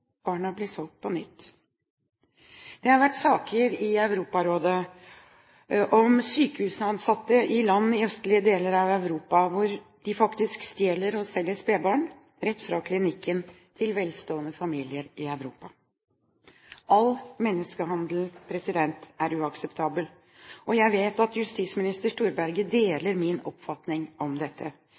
barna blir solgt på nytt. Det har vært saker i Europarådet om sykehusansatte i land i østlige deler av Europa som faktisk stjeler og selger spedbarn, rett fra klinikken, til velstående familier i Europa. All menneskehandel er uakseptabel. Jeg vet at justisminister Storberget deler min oppfatning av dette.